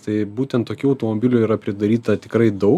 tai būtent tokių automobilių yra pridaryta tikrai daug